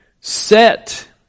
Set